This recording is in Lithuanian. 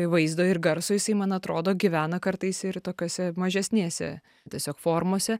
vaizdo ir garso jisai man atrodo gyvena kartais ir tokiose mažesnėse tiesiog formose